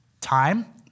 time